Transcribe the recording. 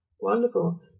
Wonderful